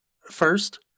First